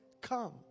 come